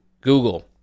Google